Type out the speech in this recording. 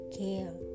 care